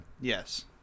Yes